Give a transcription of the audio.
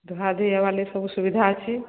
ଧୁଆ ଧୁଇ ହେବାର ଲାଗି ସବୁ ସୁବିଧା ଅଛି